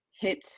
hit